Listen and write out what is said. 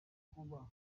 kuba